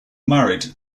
married